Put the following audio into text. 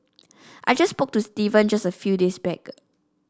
I just spoke to Steven just a few days back